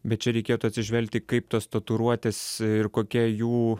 bet čia reikėtų atsižvelgti kaip tas tatuiruotes ir kokia jų